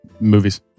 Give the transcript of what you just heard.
Movies